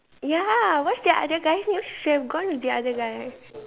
ya what's the other guy name should have gone with the other guy